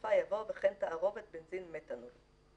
בסופה יבוא: "וכן תערובת בנזין מתנול";